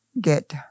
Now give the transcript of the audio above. get